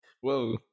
whoa